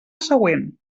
següent